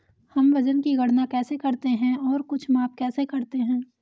हम वजन की गणना कैसे करते हैं और कुछ माप कैसे करते हैं?